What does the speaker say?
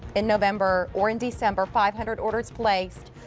and november, or and december. five hundred orders placed.